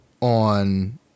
on